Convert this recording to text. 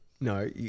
no